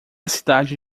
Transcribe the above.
cidade